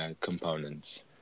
components